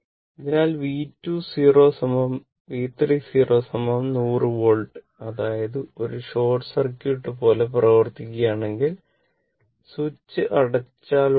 അതിനാൽ v2 0 V 3 0 100 volt അതായത് ഒരു ഷോർട്ട് സർക്യൂട്ട് പോലെ പ്രവർത്തിക്കുകയാണെങ്കിൽ സ്വിച്ച് അടച്ചാലുടൻ